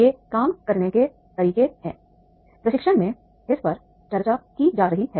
ये काम करने के तरीके हैं प्रशिक्षण में इस पर चर्चा की जा रही है